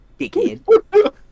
dickhead